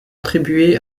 attribués